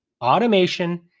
automation